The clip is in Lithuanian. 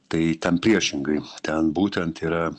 tai ten priešingai ten būtent yra